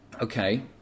Okay